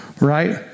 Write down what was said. Right